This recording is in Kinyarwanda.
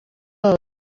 baba